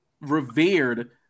revered